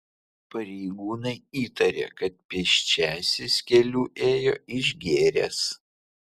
pareigūnai įtaria kad pėsčiasis keliu ėjo išgėręs